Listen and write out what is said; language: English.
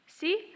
See